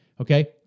Okay